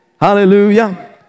Hallelujah